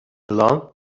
along